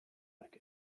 like